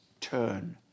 turn